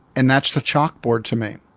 and that's the chalkboard to me.